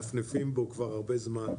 ש"מנפנפים" בו כבר הרבה זמן,